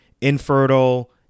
infertile